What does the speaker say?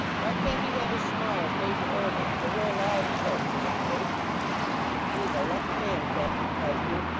why can't he have his smalls made to order, or wear live clothes at any rate he's a lucky man, captain cried hugh.